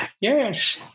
Yes